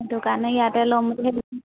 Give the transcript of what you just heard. সেইটোকাৰণে ইয়াতে ল'ম বুলি